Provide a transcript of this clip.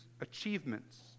achievements